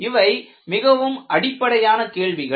இவை மிகவும் அடிப்படையான கேள்விகள்